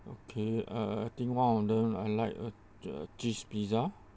okay uh I think one of them I like a a cheese pizza